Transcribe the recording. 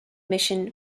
mission